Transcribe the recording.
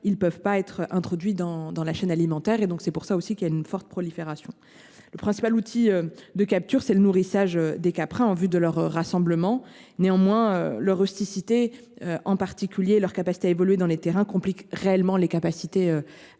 ils ne peuvent pas être introduits dans la chaîne alimentaire. C’est pour cette raison que l’on constate une telle prolifération. Le principal outil de capture, c’est le nourrissage des caprins en vue de leur rassemblement. Néanmoins, leur rusticité, en particulier leur capacité à évoluer dans les terrains difficiles, complique réellement les possibilités